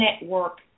network